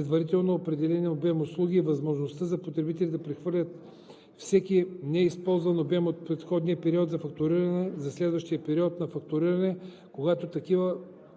предварително определен обем услуги – възможността потребителите да прехвърлят всеки неизползван обем от предходния период на фактуриране за следващия период на фактуриране, когато такава